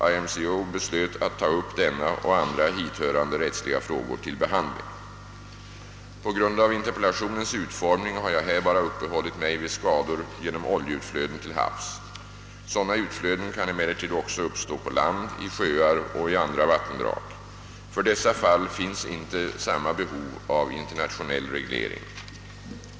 IMCO beslöt att ta upp denna och andra hithörande rättsliga frågor till behandling. På grund av interpellationens utformning har jag här bara uppehållit mig vid skador genom oljeutflöden till havs. Sådana utflöden kan emellertid också uppstå på land, i sjöar och i andra vattendrag. För dessa fall finns inte samma behov av internationell reglering.